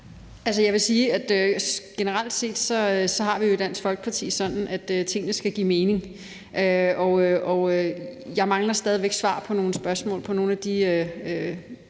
(DF): Jeg vil sige, at generelt set har vi jo i Dansk Folkeparti det sådan, at tingene skal give mening. Jeg mangler stadig væk svar på nogle spørgsmål, som jeg